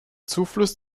zufluss